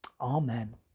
amen